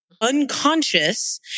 unconscious